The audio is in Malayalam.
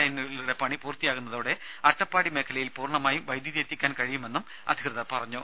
ലൈനുകളുടെ പണി പൂർത്തിയാകുന്നതോടെ അട്ടപ്പാടി മേഖലയിൽ പൂർണമായും വൈദ്യുതി എത്തിക്കാൻ കഴിയുമെന്നും അധികൃതർ പറഞ്ഞു